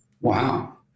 Wow